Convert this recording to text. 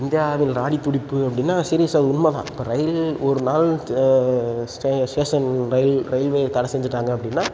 இந்தியாவில் நாடித்துடிப்பு அப்படின்னா சீரியஸாக உண்மை தான் இப்போ ரயில் ஒரு நாள் ஸ்டே ஸ்டேஷன் ரயில் ரயில்வே தடை செஞ்சுட்டாங்க அப்படின்னா